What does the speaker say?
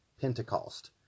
Pentecost